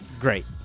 great